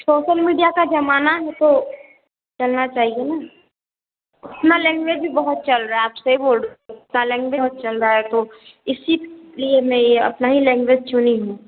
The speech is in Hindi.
सोशल मीडिया का ज़माना है तो चलना चाहिए ना अपनी लैंग्वेज भी बहुत चल रही आप सही बोल रहे हो लैंग्वेज बहुत चल रही है तो इसीलिए मैं अपनी ही लैंग्वेज चुनी हूँ